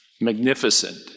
magnificent